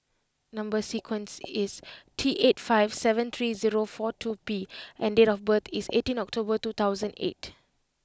number sequence is T eight five seven three zero four two P and date of birth is eighteenth October two thousand eight